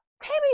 Tammy